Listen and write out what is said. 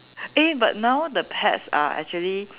eh but now the pets are actually